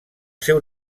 seu